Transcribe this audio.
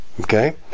okay